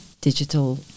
digital